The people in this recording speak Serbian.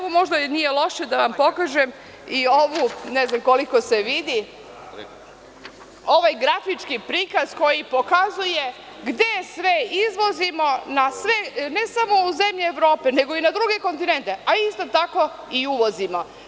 Možda nije loše da vam pokažem, ne znam koliko se vidi, ovaj grafički prikaz koji pokazuje gde sve izvozimo, ne samo u zemlje Evrope, nego i na druge kontinente a isto tako i uvozimo.